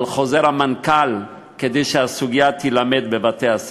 חוזר המנכ"ל כדי שהסוגיה תילמד בבתי-הספר.